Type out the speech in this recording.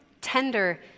tender